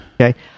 Okay